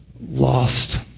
lost